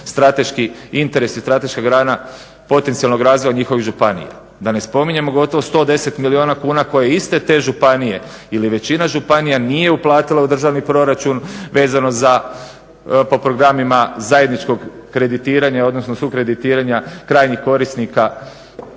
strateški interes i strateška grana potencijalnog razvoja njihovih županije. Da ne spominjemo gotovo 110 milijuna kuna koje iste te županije ili većina županija nije uplatila u državni proračun po programima zajedničkog kreditiranja, odnosno sukreditiranja krajnjih korisnika